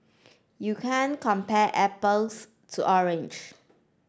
you can't compare apples to orange